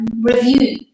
review